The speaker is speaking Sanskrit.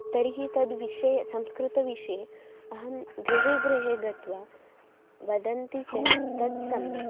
तर्हि तद्विषये संस्कृतविषये अहं गृहे गृहे गत्वा वदामि चेत् तत् सम्यक्